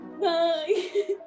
Bye